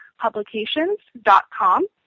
publications.com